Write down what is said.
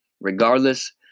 regardless